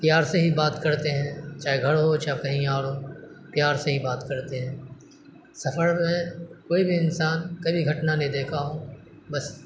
پیار سے ہی بات کرتے ہیں چاہے گھر ہو چاہے کہیں اور ہو پیار سے ہی بات کرتے ہیں سفر میں کوئی بھی انسان کبھی گھٹنا نہیں دیکھا ہو بس